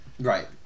Right